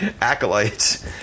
acolytes